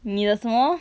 你的什么